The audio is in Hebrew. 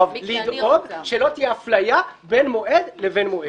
לדאוג שלא תהיה אפליה בין מועד לבין מועד.